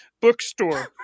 bookstore